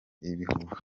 ibihuha